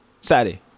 Saturday